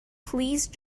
please